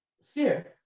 sphere